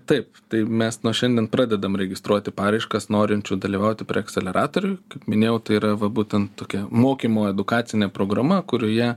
taip tai mes nuo šiandien pradedam registruoti paraiškas norinčių dalyvauti preakseleratorių kaip minėjau tai yra va būtent tokia mokymo edukacinė programa kurioje